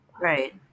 Right